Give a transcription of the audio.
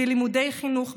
בלימודי חינוך,